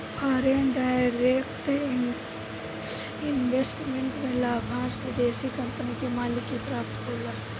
foreign direct investment में लाभांस विदेशी कंपनी के मालिक के प्राप्त होला